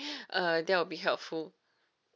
uh that will be helpful